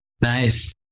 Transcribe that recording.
nice